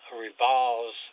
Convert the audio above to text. revolves